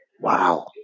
wow